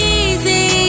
easy